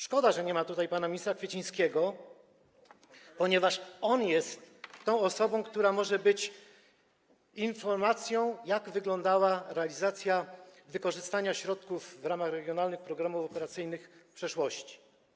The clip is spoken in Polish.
Szkoda, że nie ma tutaj pana ministra Kwiecińskiego, ponieważ on jest tą osobą, która może służyć informacją, jak wyglądało wykorzystanie środków w ramach regionalnych programów operacyjnych w przeszłości.